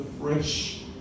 fresh